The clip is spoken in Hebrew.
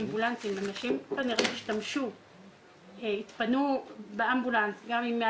אמבולנסים אנשים כנראה התפנו באמבולנס גם אם היה